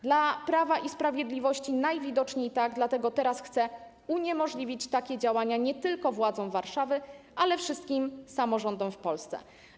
Dla Prawa i Sprawiedliwości - najwidoczniej tak, dlatego teraz chce uniemożliwić takie działania nie tylko władzom Warszawy, ale także wszystkim samorządom w Polsce.